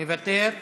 מוותר,